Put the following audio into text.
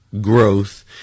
growth